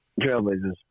Trailblazers